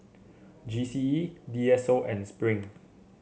G C E D S O and Spring